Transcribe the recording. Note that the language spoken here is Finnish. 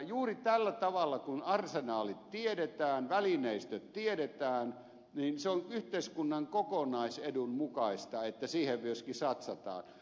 juuri tällä tavalla kun arsenaalit tiedetään välineistöt tiedetään on yhteiskunnan kokonaisedun mukaista että siihen myöskin satsataan